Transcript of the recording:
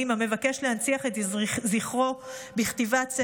המבקש להנציח את זכרו בכתיבת ספר תורה.